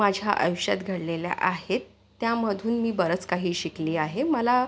माझ्या आयुष्यात घडलेल्या आहेत त्यामधून मी बरंच काही शिकली आहे मला